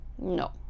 No